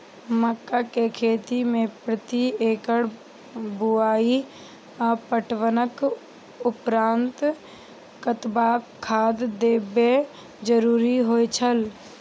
मक्का के खेती में प्रति एकड़ बुआई आ पटवनक उपरांत कतबाक खाद देयब जरुरी होय छल?